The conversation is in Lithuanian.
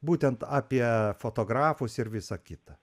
būtent apie fotografus ir visą kitą